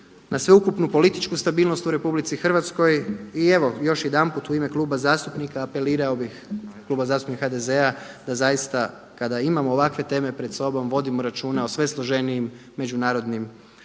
na sveukupnu političku stabilnost u Republici Hrvatskoj. I evo, još jedanput u ime kluba zastupnika apelirao bih, Kluba zastupnika HDZ-a da zaista kada imamo ovakve teme pred sobom vodimo računa o sve složenijim međunarodnim odnosima.